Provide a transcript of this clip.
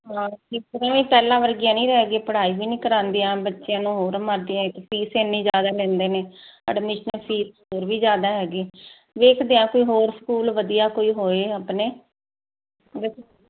class teacher ਪਹਿਲਾਂ ਵਰਗੀਆਂ ਨਹੀਂ ਰਹਿ ਗਈ ਪੜ੍ਹਾਈ ਵੀ ਨਹੀਂ ਕਰਾਂਦੀਆਂ ਬੱਚਿਆਂ ਨੂੰ ਹੋਰ ਮਾਰਦੀਆਂ ਕ ਫੀਸ ਇਨੀ ਜਿਆਦਾ ਲੈਂਦੇ ਨੇ ਐਡਮਿਸ਼ਨ ਫੀਸ ਫਿਰ ਵੀ ਜਿਆਦਾ ਹੈਗੇ ਵੇਖਦੇ ਆ ਕੋਈ ਹੋਰ ਸਕੂਲ ਵਧੀਆ ਕੋਈ ਹੋਏ ਆਪਣੇ ਤੇ